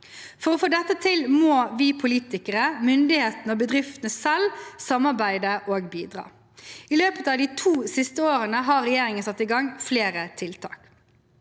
For å få til dette må vi politikere, myndighetene og bedriftene selv samarbeide og bidra. I løpet av de to siste årene har regjeringen satt i gang flere tiltak.